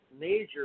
major